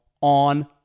on